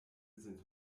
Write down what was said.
sind